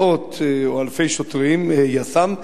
מאות או אלפי שוטרי יס"מ.